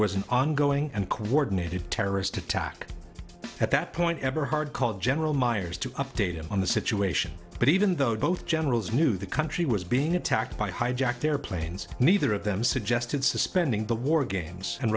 was an ongoing and coordinated terrorist attack at that point eberhard called general myers to update us on the situation but even though both generals knew the country was being attacked by hijacked airplanes neither of them suggested suspending the war games and